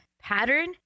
pattern